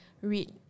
read